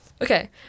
Okay